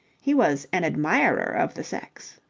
he was an admirer of the sex.